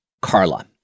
Carla